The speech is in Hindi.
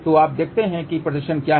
तो अब देखते हैं कि प्रदर्शन क्या है